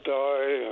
die